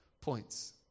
points